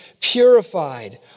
purified